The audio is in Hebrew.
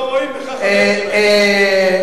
ולכן